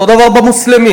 אותו הדבר במוסלמי,